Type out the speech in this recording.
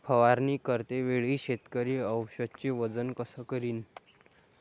फवारणी करते वेळी शेतकरी औषधचे वजन कस करीन?